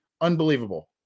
unbelievable